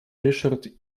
ryszard